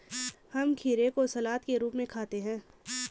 हम खीरे को सलाद के रूप में खाते हैं